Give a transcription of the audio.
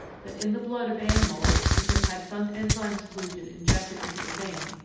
that in the blood of animals which have had some enzyme solution injected into a vein,